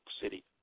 City